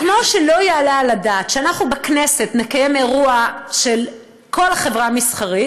כמו שלא יעלה על הדעת שאנחנו בכנסת נקיים אירוע של כל חברה מסחרית,